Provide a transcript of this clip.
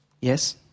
Yes